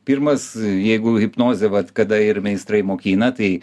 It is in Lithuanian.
pirmas jeigu hipnozė vat kada ir meistrai mokina tai